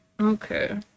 okay